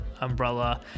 umbrella